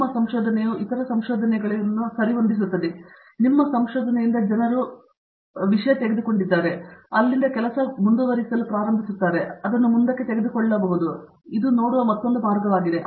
ನಿಮ್ಮ ಸಂಶೋಧನೆಯು ಇತರ ಸಂಶೋಧನೆಗಳನ್ನು ಸರಿಹೊಂದಿಸುತ್ತದೆ ನಿಮ್ಮ ಸಂಶೋಧನೆಯಿಂದ ಜನರು ಕ್ಯೂ ತೆಗೆದುಕೊಂಡಿದ್ದಾರೆ ಮತ್ತು ಅದನ್ನು ಕೆಲಸ ಮಾಡಲು ಪ್ರಾರಂಭಿಸುತ್ತಾರೆ ಮತ್ತು ಅದನ್ನು ಮುಂದಕ್ಕೆ ತೆಗೆದುಕೊಳ್ಳಲು ಪ್ರಾರಂಭಿಸಿದರು ಇದು ನೋಡುವ ಮತ್ತೊಂದು ಮಾರ್ಗವಾಗಿದೆ